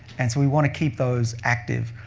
and so we want to keep those active.